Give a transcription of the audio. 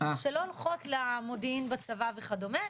שלא הולכות למודיעין בצבא וכדומה,